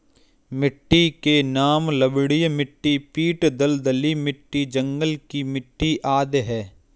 मिट्टी के नाम लवणीय मिट्टी, पीट दलदली मिट्टी, जंगल की मिट्टी आदि है